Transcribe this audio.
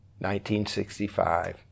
1965